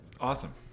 Awesome